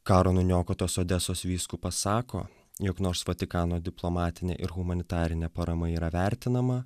karo nuniokotos odesos vyskupas sako jog nors vatikano diplomatinė ir humanitarinė parama yra vertinama